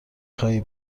خواهی